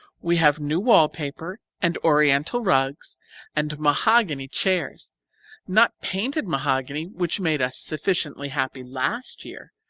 we have new wall paper and oriental rugs and mahogany chairs not painted mahogany which made us sufficiently happy last year,